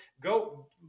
go